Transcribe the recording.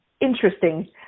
interesting